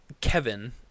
Kevin